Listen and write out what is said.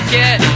get